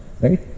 right